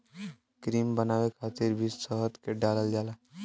cream बनावे खातिर भी शहद के डालल जाला